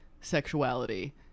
sexuality